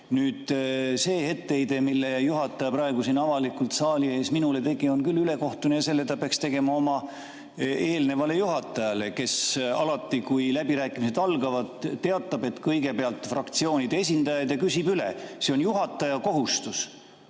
on. See etteheide, mille juhataja praegu siin avalikult saali ees minule tegi, on küll ülekohtune. Selle ta peaks tegema oma eelnevale juhatajale, kes alati, kui läbirääkimised algavad, teatab, et kõigepealt on fraktsioonide esindajad, ja küsib üle. Juhataja kohustus